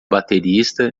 baterista